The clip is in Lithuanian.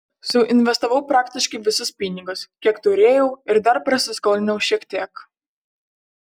suinvestavau praktiškai visus pinigus kiek turėjau ir dar prasiskolinau šiek tiek